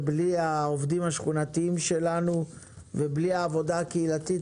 בלי העובדים השכונתיים שלנו ובלי עבודה הקהילתית,